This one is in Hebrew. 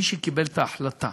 מי שקיבל את ההחלטה